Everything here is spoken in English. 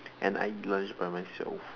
and I eat lunch by myself